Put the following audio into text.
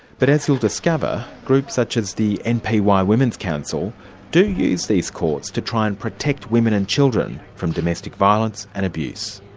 but as you'll discover, groups such as the npy women's council do use these courts to try and protect women and children from domestic violence and abuse.